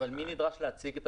אבל לא נדרש להציג את המסמך?